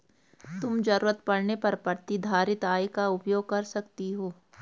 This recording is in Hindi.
तुम ज़रूरत पड़ने पर प्रतिधारित आय का उपयोग कर सकती हो